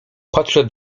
podszedł